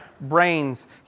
brains